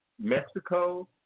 Mexico